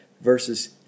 versus